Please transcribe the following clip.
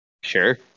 sure